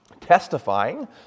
testifying